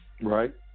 Right